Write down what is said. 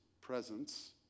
presence